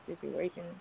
situation